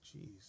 jeez